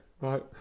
right